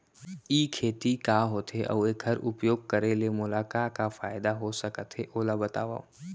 ई खेती का होथे, अऊ एखर उपयोग करे ले मोला का का फायदा हो सकत हे ओला बतावव?